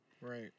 Right